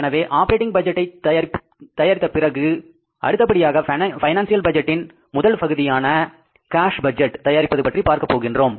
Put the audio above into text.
எனவே ஆப்பரேட்டிங் பட்ஜெட்டை தயாரித்து பிறகு அடுத்தபடியாக பைனான்சியல் பட்ஜெட்டின் முதல் பகுதியான கேஷ் பட்ஜெட் தயாரிப்பது பற்றி பார்க்க போகிறோம்